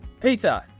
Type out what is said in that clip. Peter